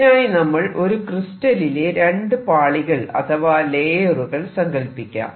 ഇതിനായി നമ്മൾ ഒരു ക്രിസ്റ്റലിലെ രണ്ടു പാളികൾ അഥവാ ലേയറുകൾ സങ്കല്പിക്കാം